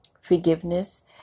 forgiveness